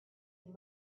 been